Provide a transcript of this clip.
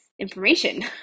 information